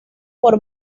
por